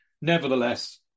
nevertheless